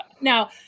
Now